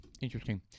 Interesting